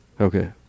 Okay